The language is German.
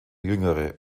jüngere